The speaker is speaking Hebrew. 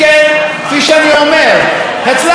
הצלחנו להביא כמה שינויים,